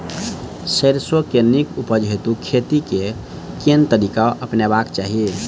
सैरसो केँ नीक उपज हेतु खेती केँ केँ तरीका अपनेबाक चाहि?